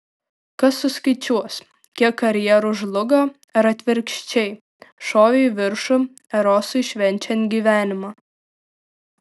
kas suskaičiuos kiek karjerų žlugo ar atvirkščiai šovė į viršų erosui švenčiant gyvenimą